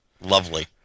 lovely